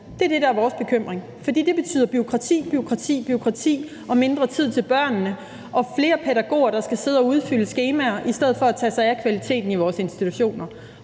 der er vores bekymring, for det betyder bureaukrati, bureaukrati, bureaukrati og mindre tid til børnene og flere pædagoger, der skal sidde og udfylde skemaer i stedet for at tage sig af kvaliteten i vores institutioner.